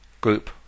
group